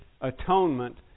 atonement